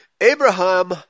Abraham